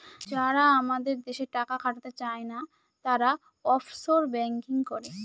যারা আমাদের দেশে টাকা খাটাতে চায়না, তারা অফশোর ব্যাঙ্কিং করে